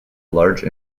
large